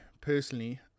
personally